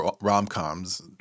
rom-coms